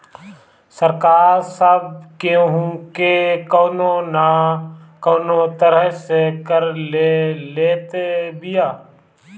सरकार सब केहू के कवनो ना कवनो तरह से कर ले लेत बिया